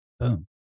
Boom